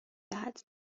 دهد